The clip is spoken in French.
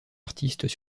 artistes